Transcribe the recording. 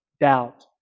doubt